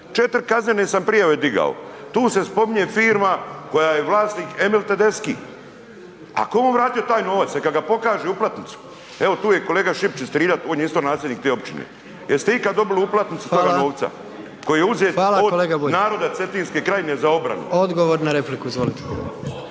Četiri kaznene sam prijave digao, tu se spominje firma koja je vlasnik Emil Tedeschi, ako je on vratio taj novac neka ga pokaže uplatnicu. Evo, tu je kolega Šipčić iz Trilja on je isto nasljednik te općine. Jeste ikad dobili uplatnicu toga …/Upadica: Hvala./… novca, koji je uzet od naroda Cetinske krajine za obranu? **Jandroković,